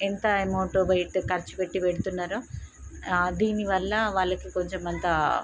ఎంత అమౌంట్ బయట ఖర్చు పెట్టి పెడుతున్నారు దీని వల్ల వాళ్ళకి కొంచెం అంతా